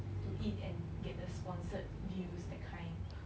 to eat and get the sponsored views that kind